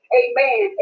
amen